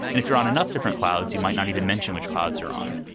and if you're on enough different clouds, you might not even mention which clouds you're on,